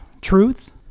truth